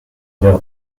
vers